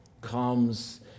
comes